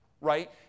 right